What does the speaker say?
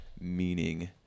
meaning